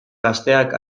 gazteak